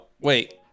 wait